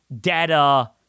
data